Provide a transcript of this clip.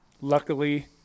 luckily